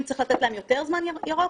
אם צריך לתת להם יותר זמן ירוק,